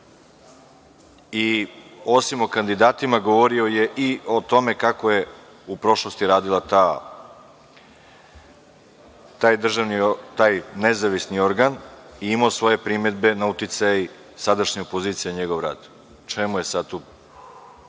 i, osim i kandidatima, govorio je i o tome kako je u prošlosti radio taj nezavisni organ i imao svoje primedbe na uticaj sadašnje opozicije na njegov rad. U čemu je sad tu